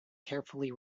carefully